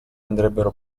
andrebbero